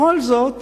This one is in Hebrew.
בכל זאת